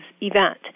event